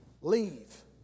leave